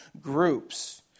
groups